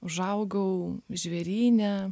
užaugau žvėryne